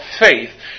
faith